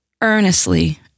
earnestly